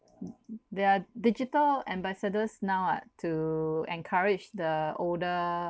th~ th~ there are digital ambassadors now [what] to encourage the older